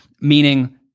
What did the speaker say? Meaning